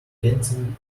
canteen